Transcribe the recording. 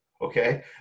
Okay